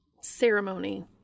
Ceremony